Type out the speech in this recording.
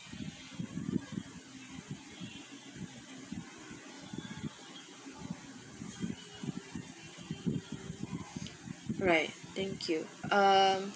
right thank you uh